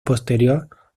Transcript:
posterior